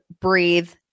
breathe